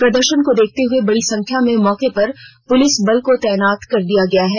प्रदर्शन को देखते हुए बड़ी संख्या में मौके पर पुलिस बल को तैनात कर दिया गया है